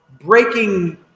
breaking